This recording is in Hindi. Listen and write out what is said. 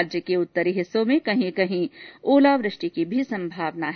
राज्य के उत्तरी हिस्सों में कहीं कहीं ओलावृष्टि की संभावना है